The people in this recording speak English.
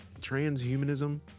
Transhumanism